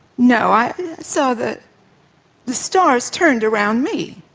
no, i saw that the stars turned around me.